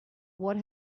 what